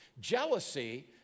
Jealousy